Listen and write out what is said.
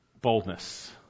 boldness